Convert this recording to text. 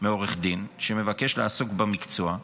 מעורך דין שמבקש לעסוק במקצוע,